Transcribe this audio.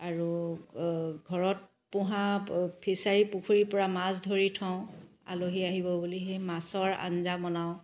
আৰু ঘৰত পোহা ফিছাৰী পুখুৰীৰ পৰা মাছ ধৰি থওঁ আলহী আহিব বুলি সেই মাছৰ আঞ্জা বনাওঁ